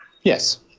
Yes